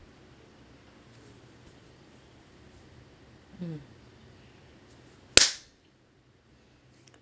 mm